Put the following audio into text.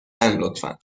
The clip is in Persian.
لطفا